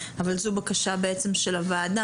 אבל זו בקשה בעצם של הוועדה.